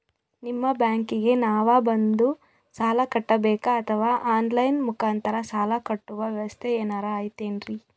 ನಿಮ್ಮ ಬ್ಯಾಂಕಿಗೆ ನಾವ ಬಂದು ಸಾಲ ಕಟ್ಟಬೇಕಾ ಅಥವಾ ಆನ್ ಲೈನ್ ಮುಖಾಂತರ ಸಾಲ ಕಟ್ಟುವ ವ್ಯೆವಸ್ಥೆ ಏನಾರ ಐತೇನ್ರಿ?